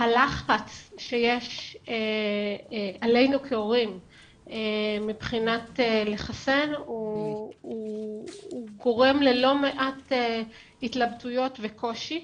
הלחץ שיש עלינו כהורים מבחינת לחסן הוא גורם ללא מעט התלבטויות וקושי.